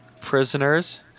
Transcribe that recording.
Prisoners